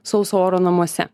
sauso oro namuose